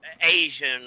asian